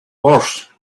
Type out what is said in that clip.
worse